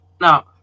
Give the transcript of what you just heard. now